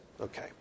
Okay